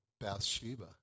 Bathsheba